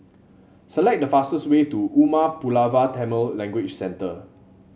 select the fastest way to Umar Pulavar Tamil Language Centre